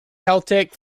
celtic